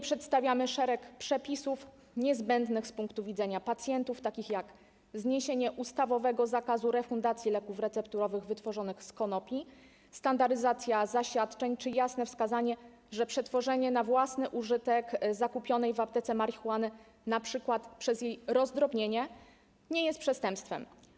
Przedstawiamy również szereg przepisów niezbędnych z punktu widzenia pacjentów, takich jak zniesienie ustawowego zakazu refundacji leków recepturowych wytworzonych z konopi, standaryzacja zaświadczeń czy jasne wskazanie, że przetworzenie na własny użytek zakupionej w aptece marihuany, np. przez jej rozdrobnienie, nie jest przestępstwem.